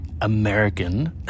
american